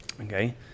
okay